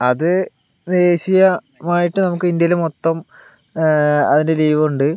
അത് ദേശീയമായിട്ട് നമുക്ക് ഇന്ത്യയിൽ മൊത്തം അതിൻ്റെ ലീവ് ഉണ്ട്